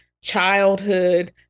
childhood